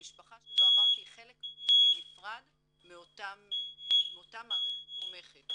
המשפחה היא חלק בלתי נפרד מאותה מערכת תומכת,